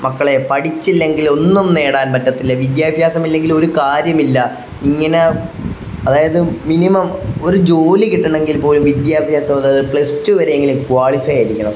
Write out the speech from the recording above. മക്കളെ പഠിച്ചില്ലെങ്കിലൊന്നും നേടാൻ പറ്റത്തില്ല വിദ്യാഭ്യാസമില്ലെങ്കിൽ ഒരു കാര്യമില്ല ഇങ്ങനെ അതായത് മിനിമം ഒരു ജോലി കിട്ടണമെങ്കിൽ പോലും വിദ്യാഭ്യാസം അതായത് പ്ലസ് ടു വെരെയെങ്കിലും ക്വാളിഫൈ ആയിരിക്കണം